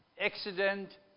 accident